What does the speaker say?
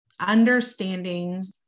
understanding